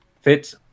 Fits